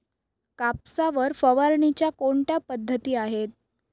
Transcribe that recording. कापसावर फवारणीच्या कोणत्या पद्धती आहेत?